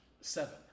seven